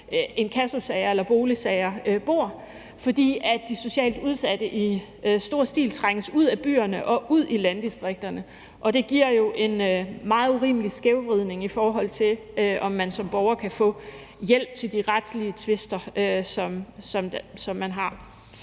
inkassosager eller boligsager, bor, fordi de socialt udsatte i stor stil trænges ud af byerne og ud i landdistrikterne, og det giver jo en meget urimelig skævvridning, i forhold til om man som borger kan få hjælp til de retslige tvister, som man har.